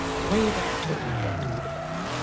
wait until we get to court.